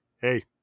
Hey